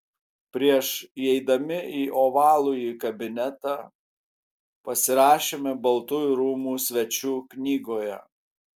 prieš įeidami į ovalųjį kabinetą pasirašėme baltųjų rūmų svečių knygoje